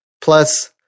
plus